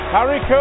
Harry